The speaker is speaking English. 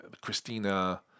Christina